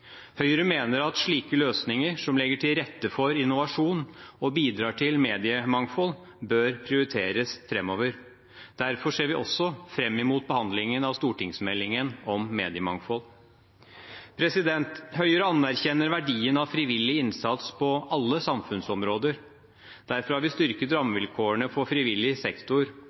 Høyre mener at slike løsninger, som legger til rette for innovasjon og bidrar til mediemangfold, bør prioriteres framover. Derfor ser vi også fram mot behandlingen av stortingsmeldingen om mediemangfold. Høyre anerkjenner verdien av frivillig innsats på alle samfunnsområder. Derfor har vi styrket rammevilkårene for frivillig sektor.